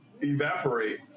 evaporate